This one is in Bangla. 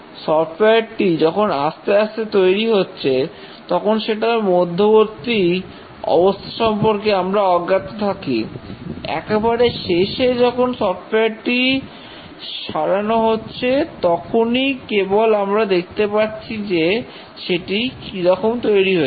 সফটওয়্যার টি যখন আস্তে আস্তে তৈরি হচ্ছে তখন সেটার মধ্যবর্তী অবস্থা সম্পর্কে আমরা অজ্ঞাত থাকি একেবারে শেষে যখন সফটওয়্যার টি সরানো হচ্ছে তখনই কেবল আমরা দেখতে পাচ্ছি যে সেটি কিরকম তৈরী হয়েছে